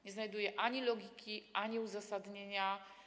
Nie znajduję ani logiki, ani uzasadnienia.